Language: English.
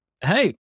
Hey